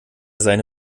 seine